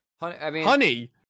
Honey